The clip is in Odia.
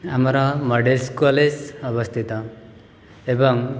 ଆମର ମଡ଼େଜ କଲେଜ ଅବସ୍ଥିତ ଏବଂ